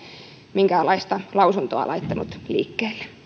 minkäänlaista lausuntoa laittanut liikkeelle